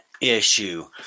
issue